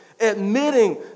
Admitting